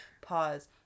Pause